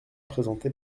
présenté